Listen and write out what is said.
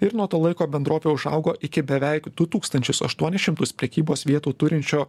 ir nuo to laiko bendrovė užaugo iki beveik du tūkstančius aštuonis šimtus prekybos vietų turinčio